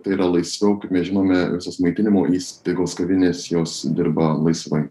tai yra laisviau kaip mes žinome visos maitinimo įstaigos kavinės jos dirba laisvai